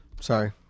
Sorry